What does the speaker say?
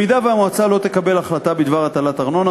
אם המועצה לא תקבל החלטה בדבר הטלת ארנונה,